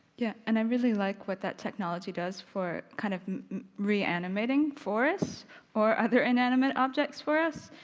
yeah and i really like what that technology does for kind of re-animating forests or other inanimate objects for us.